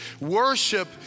worship